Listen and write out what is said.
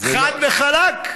חד וחלק.